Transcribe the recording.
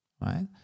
Right